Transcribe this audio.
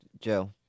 Joe